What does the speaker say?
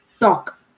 talk